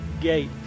gate